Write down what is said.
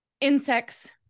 insects